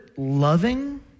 Loving